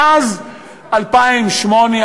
מאז 2008,